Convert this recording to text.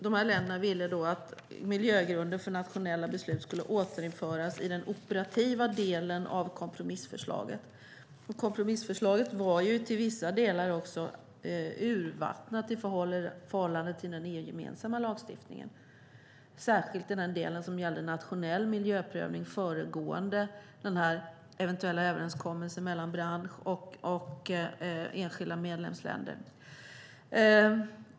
De här länderna ville att miljögrunden för nationella beslut skulle återinföras i den operativa delen av kompromissförslaget. Kompromissförslaget var ju till vissa delar också urvattnat i förhållande till den EU-gemensamma lagstiftningen, särskilt i den del som gällde nationell miljöprövning föregående den eventuella överenskommelsen mellan bransch och enskilda medlemsländer.